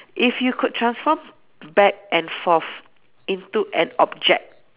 if you could transform back and forth into an object